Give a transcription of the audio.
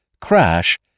crash